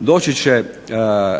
doći će